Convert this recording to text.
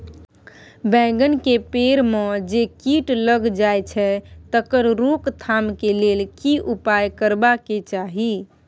बैंगन के पेड़ म जे कीट लग जाय छै तकर रोक थाम के लेल की उपाय करबा के चाही?